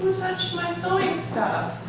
touched my sewing stuff!